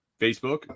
Facebook